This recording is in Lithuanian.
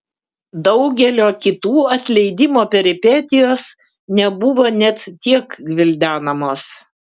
daugelio kitų atleidimo peripetijos nebuvo net tiek gvildenamos